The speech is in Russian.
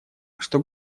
что